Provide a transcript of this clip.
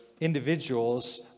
individuals